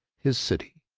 his city,